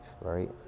right